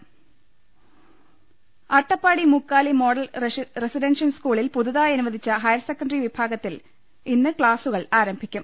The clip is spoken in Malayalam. ലലലലലലലലലലലലല അട്ടപ്പാടി മുക്കാലി മോഡൽ റസിഡൻഷ്യൽ സ്കൂളിൽ പുതുതായി അനുവദിച്ച ഹയർസെക്കൻറി വിഭാഗത്തിൽ ഇന്ന് ക്ലാസുകൾ ആരംഭിക്കും